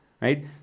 right